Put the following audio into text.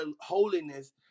holiness